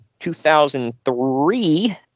2003